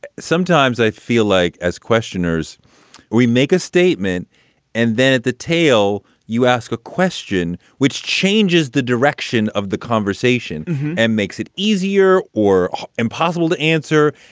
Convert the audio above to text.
sometimes i feel like as questioners we make a statement and then at the tail you ask a question which changes the direction of the conversation and makes it easier or impossible to answer